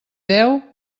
deu